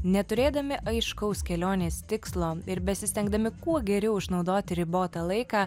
neturėdami aiškaus kelionės tikslo ir besistengdami kuo geriau išnaudoti ribotą laiką